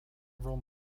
several